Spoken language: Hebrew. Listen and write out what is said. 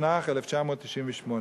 התשנ"ח 1998,